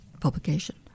publication